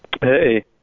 Hey